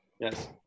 Yes